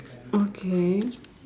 okay